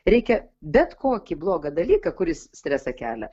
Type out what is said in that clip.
reikia bet kokį blogą dalyką kuris stresą kelia